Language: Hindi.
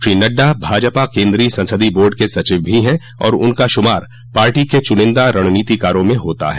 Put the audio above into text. श्री नड्डा भाजपा केन्द्रीय संसदीय बोर्ड के सचिव भी हैं और उनका शुमार पार्टी चुनिन्दा रणनीतिकारों में होता है